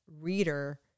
reader